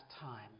time